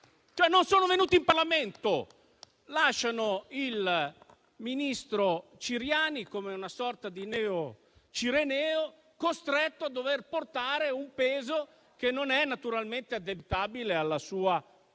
non sono venuti in Parlamento. Lasciano il ministro Ciriani, come una sorta di neo-cireneo, costretto a dover portare un peso che non è naturalmente addebitabile alla sua personale